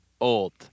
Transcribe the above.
Old